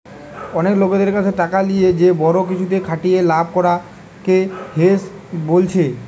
অনেক লোকদের কাছে টাকা লিয়ে যে বড়ো কিছুতে খাটিয়ে লাভ করা কে হেজ বোলছে